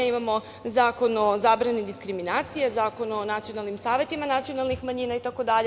Imamo Zakon o zabrani diskriminacije, Zakon o nacionalnim savetima nacionalnih manjina itd.